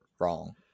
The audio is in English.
wrong